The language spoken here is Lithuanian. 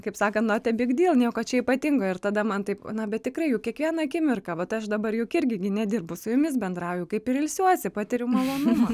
kaip sakant not e big dyl dėl nieko čia ypatingo ir tada man taip na bet tikrai juk kiekvieną akimirką vat aš dabar juk irgi gi nedirbu su jumis bendrauju kaip ir ilsiuosi patiriu malonumą